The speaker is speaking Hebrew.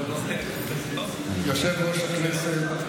יושב-ראש הישיבה,